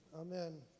Amen